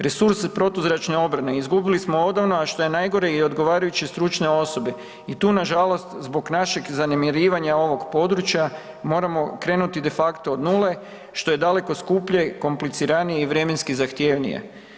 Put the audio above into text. Resurse protuzračne obrane izgubili smo odavno, a što je najgore i odgovarajuće stručne osobe i tu nažalost zbog našeg zanemarivanja ovog područja moramo krenuti de facto od nule što je daleko skuplje i kompliciranije i vremenski zahtjevnije.